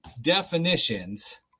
definitions